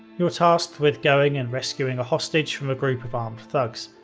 you're tasked with going and rescuing a hostage from a group of armed thugs.